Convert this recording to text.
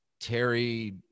Terry